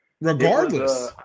Regardless